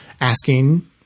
asking